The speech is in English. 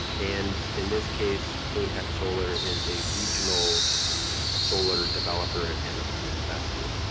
and in this case cleantech solar is a regional solar developer and and investor.